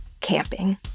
camping